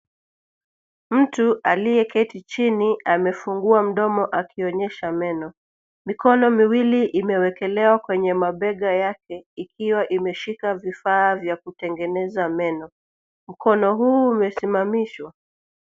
Mtu aliyeketi chini amefungua mdomo akionyesha meno. Mikono miwili imewekelewa kwenye mabega yake, ikiwa imeshika vifaa vya kutengeneza meno. Mkono huu umesimamishwa.